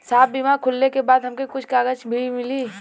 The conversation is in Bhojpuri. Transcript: साहब बीमा खुलले के बाद हमके कुछ कागज भी मिली?